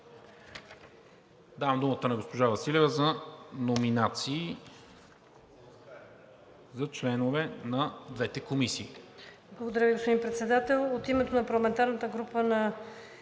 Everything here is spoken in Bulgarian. Давам думата на госпожа Василева за номинации на членове за двете комисии.